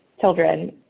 children